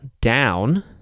down